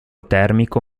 termico